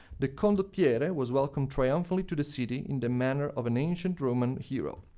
the condottiere was welcomed triumphantly to the city in the manner of an ancient roman hero.